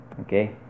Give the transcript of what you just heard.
Okay